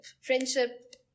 Friendship